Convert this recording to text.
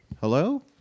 Hello